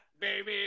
baby